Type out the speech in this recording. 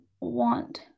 want